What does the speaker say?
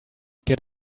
get